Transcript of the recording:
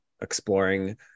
exploring